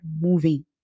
moving